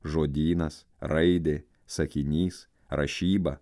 žodynas raidė sakinys rašyba